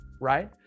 right